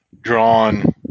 drawn